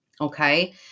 okay